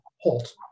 halt